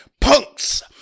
punks